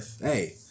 Hey